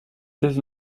états